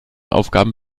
aufgaben